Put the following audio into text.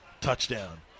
touchdown